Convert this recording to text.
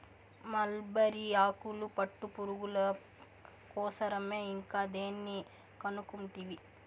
mulberry ఆకులు పట్టుపురుగుల కోసరమే ఇంకా దేని కనుకుంటివి